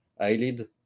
eyelid